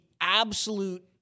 absolute